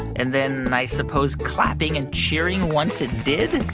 and then i suppose clapping and cheering once it did?